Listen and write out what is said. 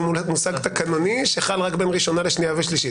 מושג תקנוני שחל רק בין ראשונה לשנייה ו שלישית.